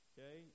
Okay